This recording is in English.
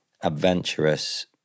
adventurous